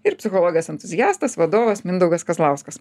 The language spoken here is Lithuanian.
ir psichologas entuziastas vadovas mindaugas kazlauskas